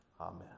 Amen